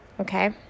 okay